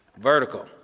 Vertical